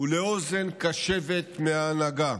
ולאוזן קשבת מההנהגה.